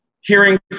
hearing